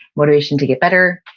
motivation to get better,